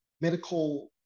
medical